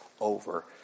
over